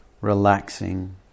Relaxing